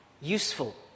useful